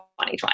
2020